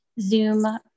Zoom